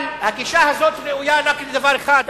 אבל הגישה הזאת ראויה רק לדבר אחד,